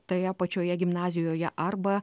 toje pačioje gimnazijoje arba